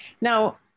Now